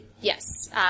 yes